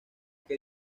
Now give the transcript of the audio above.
que